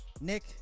nick